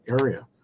area